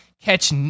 catch